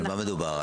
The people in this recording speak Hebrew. במה מדובר?